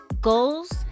Goals